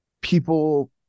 people